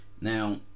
Now